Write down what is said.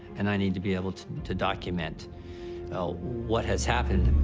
and i need to be able to to document what has happened.